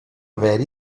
haver